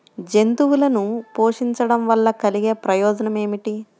జంతువులను పోషించడం వల్ల కలిగే ప్రయోజనం ఏమిటీ?